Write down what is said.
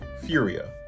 Furia